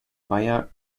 via